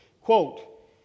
quote